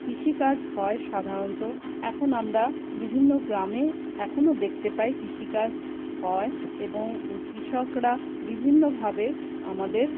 কৃষিকাজ হয় সাধারণত এখন আমরা বিভিন্ন গ্রামে এখনো দেখতে পাই কৃষিকাজ হয় এবং কৃষকরা বিভিন্নভাবে আমাদের